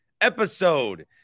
episode